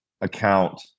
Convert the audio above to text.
account